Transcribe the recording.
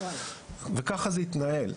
וכך זה התנהל.